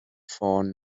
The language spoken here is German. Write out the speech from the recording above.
fonds